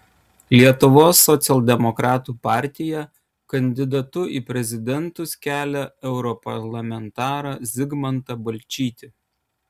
lietuvos socialdemokratų partija kandidatu į prezidentus kelia europarlamentarą zigmantą balčytį